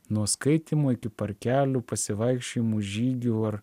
nuo skaitymo iki parkelių pasivaikščiojimų žygių ar